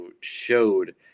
showed